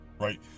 right